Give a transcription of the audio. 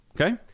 Okay